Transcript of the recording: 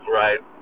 right